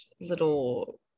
little